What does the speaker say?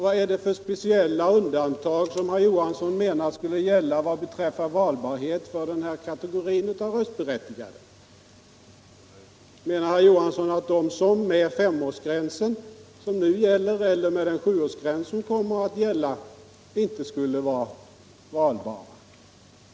Vad är det för speciella undantag som herr Johansson menar skulle gälla beträffande valbarhet för den här kategorin av röstberättigade? Menar herr Johansson att de utlandssvenskar som omfattas av den femårsgräns som nu gäller, eller den sjuårsgräns som kommer att gälla enligt regeringsförslaget, inte skulle vara valbara?